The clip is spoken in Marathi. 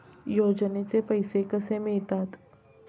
योजनेचे पैसे कसे मिळतात?